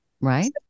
Right